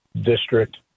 district